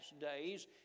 days